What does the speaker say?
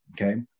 Okay